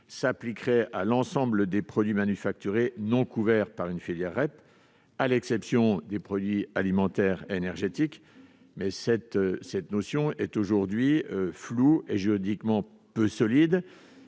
s'appliquerait à l'ensemble des « produits manufacturés » non couverts par une filière REP, à l'exception des produits alimentaires et énergétiques, cette notion demeurant toutefois très floue et juridiquement peu solide.